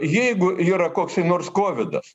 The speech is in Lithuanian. jeigu yra koksai nors kovidas